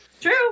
true